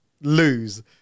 lose